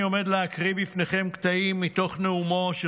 אני עומד להקריא בפניכם קטעים מתוך נאומו של